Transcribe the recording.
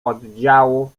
oddziałów